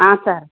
sir